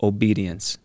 Obedience